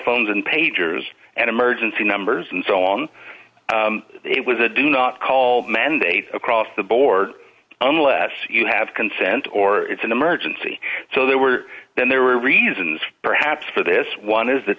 phones and pagers and emergency numbers and so on it was a do not call mandate across the board unless you have consent or it's an emergency so there were then there were reasons perhaps for this one is that